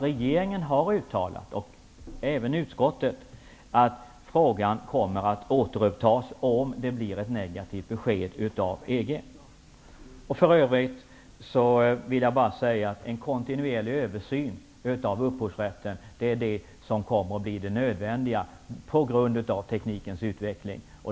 Regeringen och även utskottet har uttalat att frågan kommer att återupptas om det blir ett negativt besked från EG. För övrigt vill jag bara säga att en kontinuerlig översyn av upphovsrätten kommer att bli nödvändig med tanke på teknikens utveckling.